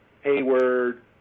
Hayward